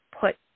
put